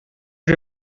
you